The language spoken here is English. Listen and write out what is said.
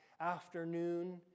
afternoon